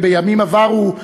כבימים עברו,